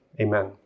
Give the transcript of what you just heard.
Amen